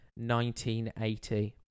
1980